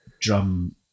drum